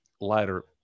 lighter